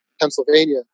Pennsylvania